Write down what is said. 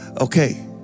Okay